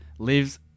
Lives